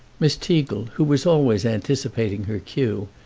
miss teagle, who was always anticipating her cue,